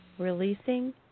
Releasing